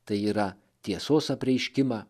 tai yra tiesos apreiškimą